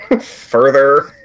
further